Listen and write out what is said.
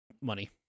money